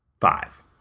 five